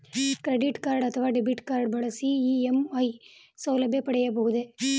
Credit card ಅಥವಾ debit card ಬಳಸಿ EMI ಸೌಲಭ್ಯ ಪಡೆಯಬಹುದೇ?